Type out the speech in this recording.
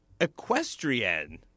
equestrian